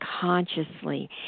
consciously